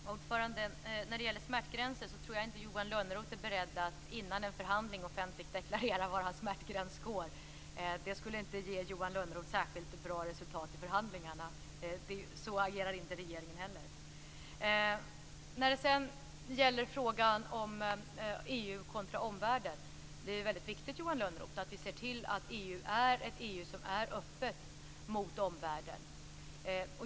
Herr talman! Johan Lönnroth frågade om smärtgränsen men jag tror inte att Johan Lönnroth är beredd att före en förhandling offentligt deklarera var hans smärtgräns går. Det skulle inte ge Johan Lönnroth särskilt bra resultat i förhandlingarna. Så agerar inte heller regeringen. När det gäller frågan om EU kontra omvärlden är det, Johan Lönnroth, väldigt viktigt att vi ser till att EU är ett EU som är öppet mot omvärlden.